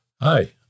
Hi